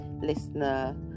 listener